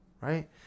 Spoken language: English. right